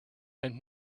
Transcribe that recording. and